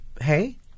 hey